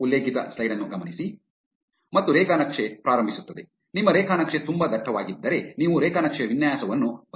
ಮತ್ತು ರೇಖಾನಕ್ಷೆ ಪ್ರಾರಂಭಿಸುತ್ತದೆ ನಿಮ್ಮ ರೇಖಾನಕ್ಷೆ ತುಂಬಾ ದಟ್ಟವಾಗಿದ್ದರೆ ನೀವು ರೇಖಾನಕ್ಷೆಯ ವಿನ್ಯಾಸವನ್ನು ಬದಲಾಯಿಸಬಹುದು